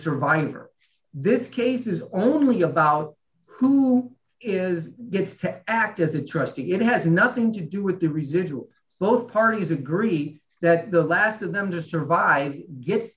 survivor this case is only about who is gets to act as a trustee it has nothing to do with the residuals both parties agree that the last of them to survive gets